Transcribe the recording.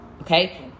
okay